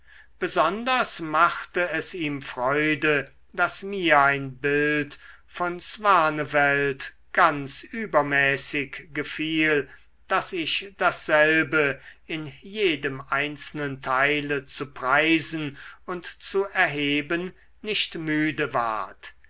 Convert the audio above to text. besonders machte es ihm freude daß mir ein bild von swanevelt ganz übermäßig gefiel daß ich dasselbe in jedem einzelnen teile zu preisen und zu erheben nicht müde ward